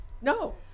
No